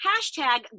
hashtag